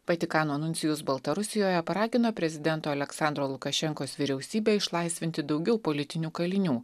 vatikano nuncijus baltarusijoje paragino prezidento aleksandro lukašenkos vyriausybę išlaisvinti daugiau politinių kalinių